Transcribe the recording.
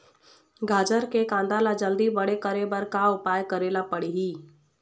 गाजर के कांदा ला जल्दी बड़े करे बर का उपाय करेला पढ़िही?